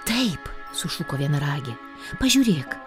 taip sušuko vienaragė pažiūrėk